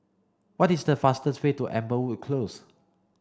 what is the fastest way to Amberwood Close